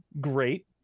great